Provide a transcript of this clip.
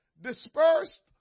dispersed